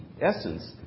essence